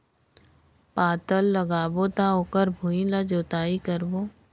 पातल लगाबो त ओकर भुईं ला जोतई करबो?